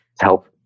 help